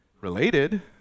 related